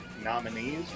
nominees